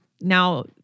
now